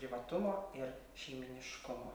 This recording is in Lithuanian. privatumo ir šeimyniškumo